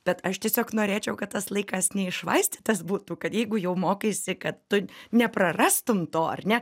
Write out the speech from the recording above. bet aš tiesiog norėčiau kad tas laikas neiššvaistytas būtų kad jeigu jau mokaisi kad tu neprarastum to ar ne